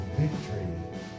victory